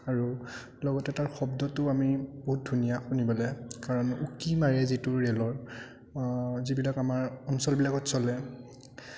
আৰু লগতে তাৰ শব্দটো আমি বহুত ধুনীয়া শুনিবলে কাৰণ উকি মাৰে যিটো ৰে'লৰ যিবিলাক আমাৰ অঞ্চলবিলাকত চলে